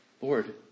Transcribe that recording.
Lord